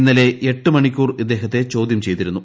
ഇന്നലെ എട്ട് മണിക്കൂർ ഇദ്ദേഹത്തെ ചോദ്യം ചെയ്തിരുന്നു